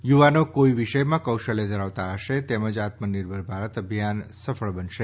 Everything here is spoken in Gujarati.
યુવાનો કોઈ વિષયમાં કૌશલ્ય ધરાવતા હશે તો જ આત્મનિર્ભર ભારત અભિયાન સફળ બનશે